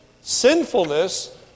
sinfulness